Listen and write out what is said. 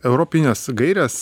europines gaires